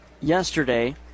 yesterday